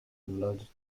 blood